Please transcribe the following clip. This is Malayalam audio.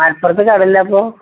മലപ്പുറത്ത് കടേലാപ്പൊ